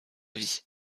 vie